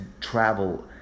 travel